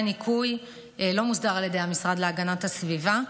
ניקיון לא מוסדר על ידי המשרד להגנת הסביבה.